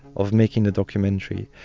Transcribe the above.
of making a documentary.